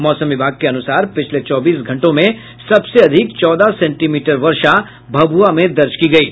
मौसम विभाग के अन्सार पिछले चौबीस घंटों में सबसे अधिक चौदह सेंटीमीटर वर्षा भभुआ में दर्ज की गयी